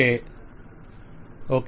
client okay